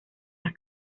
las